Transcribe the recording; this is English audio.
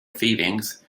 feelings